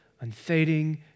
unfading